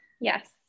Yes